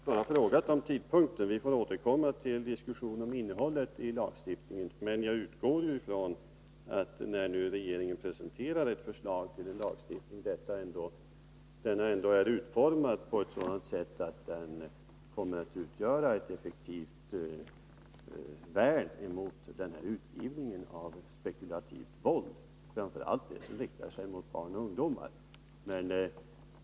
Herr talman! Jag har bara frågat om tidpunkten. Vi får återkomma till en diskussion om innehållet i lagstiftningen. Jag utgår emellertid från att det förslag till lagstiftning som regeringen avser att presentera utformas på ett sådant sätt att lagen kommer att utgöra ett effektivt värn mot utgivningen av spekulativt våld, framför allt det som riktar sig till barn och ungdomar.